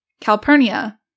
Calpurnia